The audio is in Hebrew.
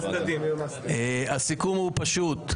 הסיכום הוא פשוט,